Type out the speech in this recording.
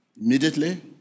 immediately